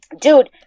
Dude